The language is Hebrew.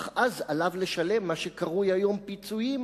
אך אז עליו לשלם מה שקרוי היום פיצויים,